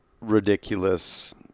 ridiculous